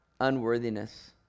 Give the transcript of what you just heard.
unworthiness